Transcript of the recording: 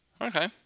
Okay